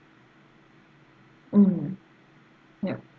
mm ya